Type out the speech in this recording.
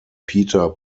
peter